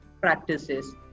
practices